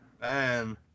Man